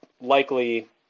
likely